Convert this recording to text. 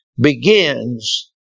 begins